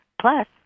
Plus